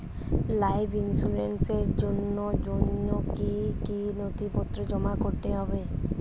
Life ইন্সুরেন্সর জন্য জন্য কি কি নথিপত্র জমা করতে হবে?